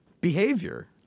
Behavior